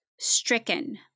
stricken